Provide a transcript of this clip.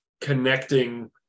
connecting